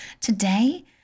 Today